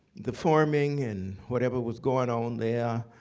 the forming and whatever was going on there,